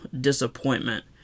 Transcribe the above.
disappointment